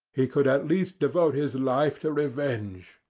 he could at least devote his life to revenge.